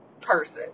person